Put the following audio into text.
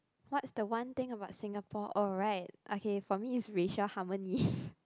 what's the one thing about Singapore oh right for me it's racial harmony